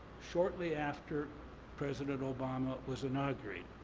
shortly after president obama was inaugurated.